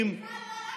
התפקיד שלך לא להסית.